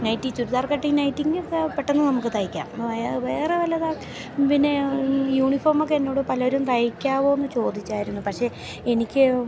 nightie churidar cutting നൈറ്റിക്കൊക്കെ പെട്ടെന്ന് നമുക്ക് തയ്ക്കാം വേറെ വല്ലതും പിന്നെ യൂണിഫോമൊക്കെ എന്നോട് പലരും തയ്ക്കാമോയെന്നു ചോദിച്ചിരുന്നു പക്ഷേ എനിക്ക്